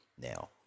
Now